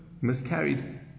miscarried